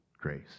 grace